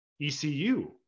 ECU